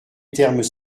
thermes